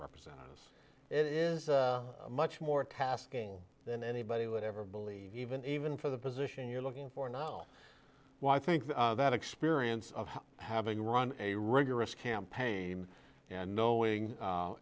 representatives it is much more tasking than anybody would ever believe even even for the position you're looking for know why i think that experience of having run a rigorous campaign and knowing